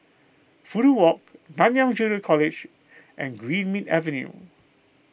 Fudu Walk Nanyang Junior College and Greenmead Avenue